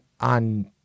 on